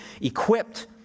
equipped